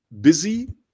busy